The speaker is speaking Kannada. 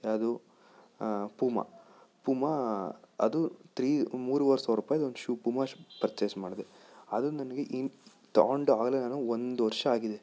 ಯಾವುದು ಪೂಮ ಪೂಮಾ ಅದು ತ್ರೀ ಮೂರುವರೆ ಸಾವಿರ ರೂಪಾಯಿ ಒಂದು ಶೂ ಪೂಮ ಶೂ ಪರ್ಚೆಸ್ ಮಾಡ್ದೆ ಅದೊಂದು ನನಗೆ ತೊಗೊಂಡು ಅವಾಗಲೇ ನಾನು ಒಂದು ವರ್ಷ ಆಗಿದೆ